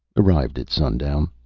arrived at sundown.